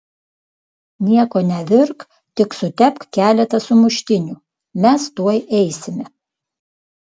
nieko nevirk tik sutepk keletą sumuštinių mes tuoj eisime